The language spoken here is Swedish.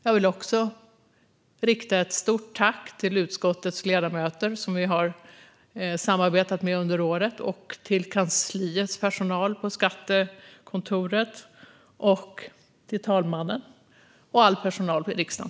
Jag vill också rikta ett stort tack till utskottets ledamöter som vi har samarbetat med under året, till kansliet, till personal på skattekontoret och till fru talmannen och all personal på riksdagen.